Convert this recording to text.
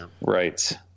Right